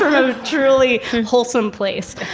a truly wholesome place.